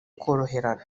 koroherana